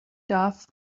darf